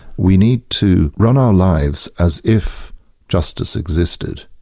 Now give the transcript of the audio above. we need to run our lives as if justice existed.